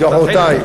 מסכים.